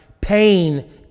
pain